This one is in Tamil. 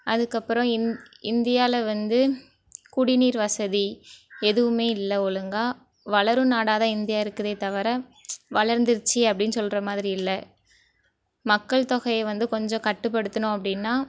அதுக்கப்புறம் இந்தியாவில் வந்து குடிநீர் வசதி எதுவும் இல்லை ஒழுங்காக வளரும் நாடாக தான் இந்தியா இருக்குதே தவிர வளர்ந்துடுச்சு அப்படினு சொல்கிற மாதிரி இல்லை மக்கள் தொகை வந்து கொஞ்சம் கட்டுப்படுத்தினோம் அப்படின்னா